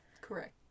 Correct